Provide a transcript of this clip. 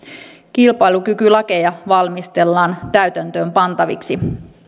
kilpailukykylakeja valmistellaan täytäntöön pantaviksi